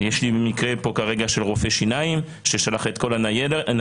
יש לי מקרה כרגע של רופא שיניים ששלח את כל הניירת,